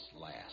last